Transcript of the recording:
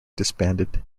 disbanded